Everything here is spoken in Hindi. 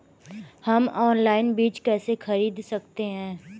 हम ऑनलाइन बीज कैसे खरीद सकते हैं?